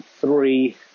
Three